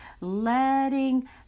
letting